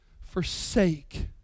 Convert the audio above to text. forsake